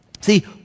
See